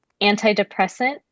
antidepressant